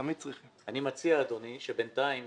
אני מציע שבינתיים,